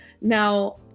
Now